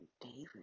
David